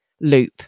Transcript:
loop